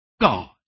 God